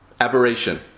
aberration